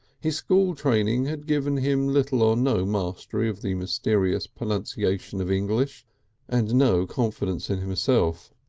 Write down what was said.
his school training had given him little or no mastery of the mysterious pronunciation of english and no confidence in himself.